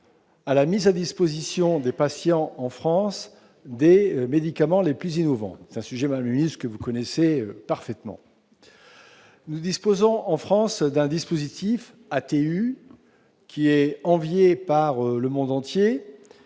à la mise à disposition des patients en France des médicaments les plus innovants ; c'est un sujet, madame la ministre, que vous connaissez parfaitement. Nous disposons en France d'un dispositif ATU, ou autorisations